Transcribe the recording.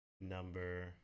Number